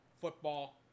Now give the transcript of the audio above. Football